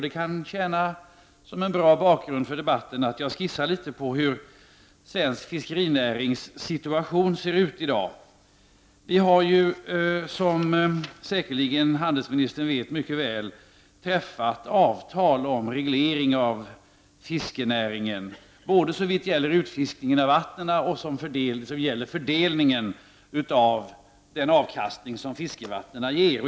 Det kan tjäna som en bra bakgrund för debatten att jag skisserar litet hur svensk fiskerinärings situation ser ut i dag. Som handelsministern säkerligen mycket väl vet har vi träffat avtal om reglering av fiskerinäringen, både såvitt gäller utfiskning av vattnen som fördelning av den avkastning som fiskevattnen ger.